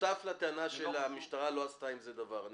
שותף לטענה שהמשטרה לא עשתה עם זה דבר.